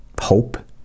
hope